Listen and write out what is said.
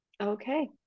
Okay